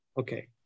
Okay